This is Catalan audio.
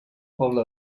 poble